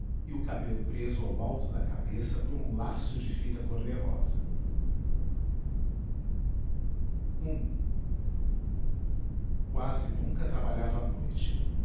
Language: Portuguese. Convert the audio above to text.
e o cabelo preso ao alto da cabeça por um laço de fita cor-de-rosa quase nunca trabalhava à noite